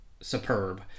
superb